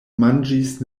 manĝis